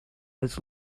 was